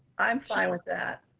i'm fine with that.